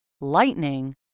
lightning